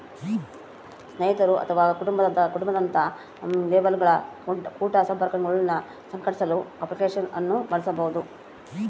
ಸ್ನೇಹಿತರು ಅಥವಾ ಕುಟುಂಬ ದಂತಹ ಲೇಬಲ್ಗಳ ಕುಟ ಸಂಪರ್ಕಗುಳ್ನ ಸಂಘಟಿಸಲು ಅಪ್ಲಿಕೇಶನ್ ಅನ್ನು ಬಳಸಬಹುದು